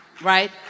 Right